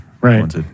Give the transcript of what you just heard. right